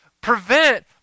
prevent